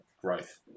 growth